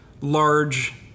large